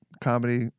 comedy